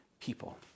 people